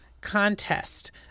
contest